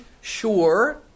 Sure